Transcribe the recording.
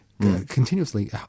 Continuously